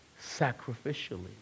sacrificially